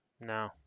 No